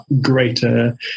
greater